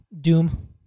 Doom